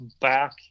back